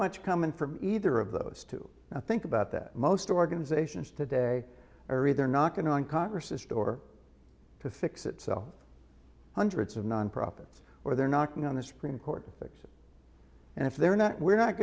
much coming from either of those two i think about that most organizations today are either knocking on congress's door to fix itself hundreds of nonprofits or they're knocking on the supreme court to fix it and if they're not we're not